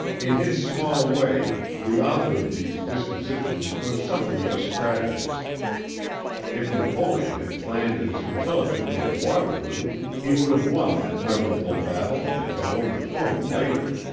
in his small way the author of these dispositions was something of a strategist if napoleon had planned as intelligently at waterloo he would have won that memorable battle and been overthrown later.